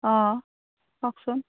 অঁ কওকচোন